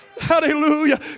Hallelujah